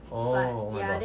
orh